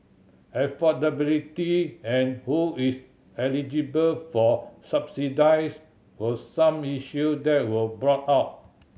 affordability and who is eligible for subsidies were some issue that were brought up